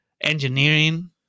engineering